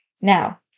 Now